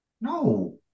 No